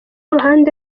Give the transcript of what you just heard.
uruhande